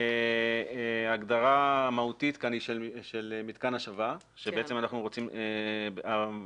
הגדרה מהותית כאן היא של מתקן השבה שבעצם התקנות